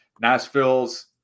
Nashville's